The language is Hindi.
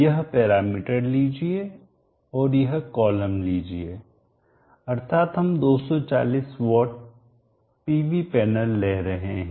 यह पैरामीटर लीजिए और यह कॉलम लीजिए अर्थात हम 240 वाट पीवी पैनल ले रहे हैं